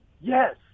Yes